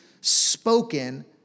spoken